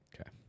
Okay